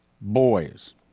boys